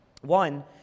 One